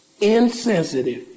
insensitive